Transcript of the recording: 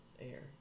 air